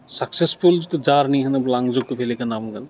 successful जितु जार्नि होनोब्ला आं जुक' भेलिखौ होनना बुंगोन